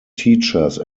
teachers